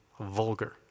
Vulgar